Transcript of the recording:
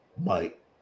Mike